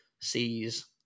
sees